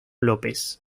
lópez